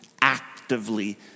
actively